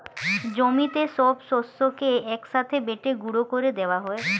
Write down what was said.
জমিতে সব শস্যকে এক সাথে বেটে গুঁড়ো করে দেওয়া হয়